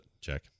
check